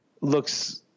looks